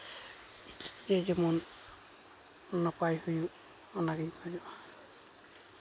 ᱮᱭ ᱡᱮᱢᱚᱱ ᱱᱟᱯᱟᱭ ᱦᱩᱭᱩᱜ ᱚᱱᱟᱜᱤᱧ ᱠᱷᱚᱡᱚᱜᱼᱟ